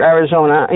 Arizona